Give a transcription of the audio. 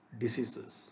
diseases